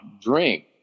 drink